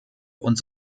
und